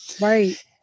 Right